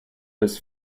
his